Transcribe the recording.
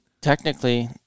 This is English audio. technically